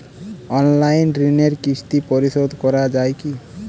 Online ঋণের কিস্তি পরিশোধ করা যায় কি?